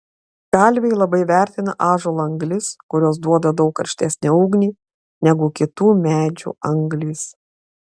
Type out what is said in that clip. kalviai labai vertina ąžuolo anglis kurios duoda daug karštesnę ugnį negu kitų medžių anglys